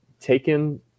taken